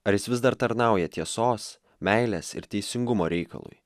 ar jis vis dar tarnauja tiesos meilės ir teisingumo reikalui